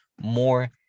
more